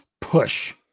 Push